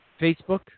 Facebook